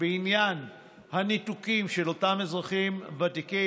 בעניין הניתוקים של אותם אזרחים ותיקים,